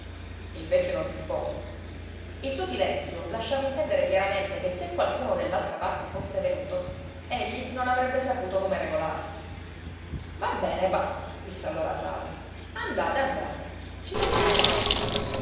il vecchio non rispose il suo silenzio lasciava intendere chiaramente che se qualcuno dell'altra parte fosse venuto egli non avrebbe saputo come regolarsi va bene pa disse allora saru andate andate ci penseremo noi